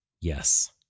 Yes